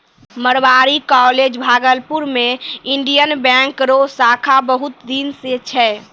Marwari college Bhagalpur मे Indian Bank रो शाखा बहुत दिन से छै